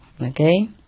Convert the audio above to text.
Okay